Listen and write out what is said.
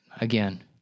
Again